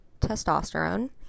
testosterone